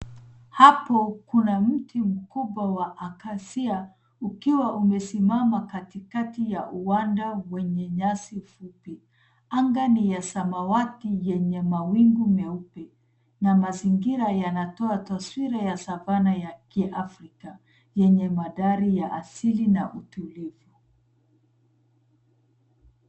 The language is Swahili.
Hapo kuna mti mkubwa wa Acaccia ukiwa umesimama katikati ya uwanja wenye nyasi fupi. Anga ni ya samawati yenye mawingu meupe na mazingira yanatoa taswira ya savanna ya kiafrika, yenye mandhari ya asili na utulivu.